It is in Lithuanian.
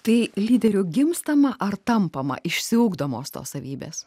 tai lyderiu gimstama ar tampama išsiugdo mosto savybes